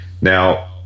Now